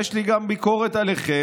יש לי גם ביקורת עליכם,